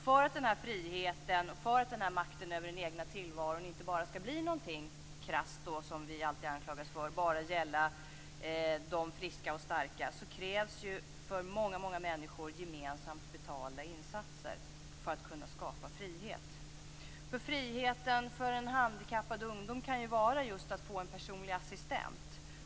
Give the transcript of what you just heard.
För att den här friheten och makten över den egna tillvaron inte bara skall bli någonting krasst, som vi alltid anklagas för, och bara gälla de friska och starka krävs det, för att många människor skall få del av detta, gemensamt betalda insatser för att kunna skapa frihet. Friheten för en handikappad ungdom kan ju just vara att få en personlig assistent.